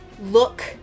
look